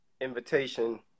invitation